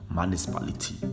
municipality